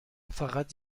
فقط